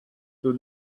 two